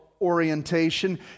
orientation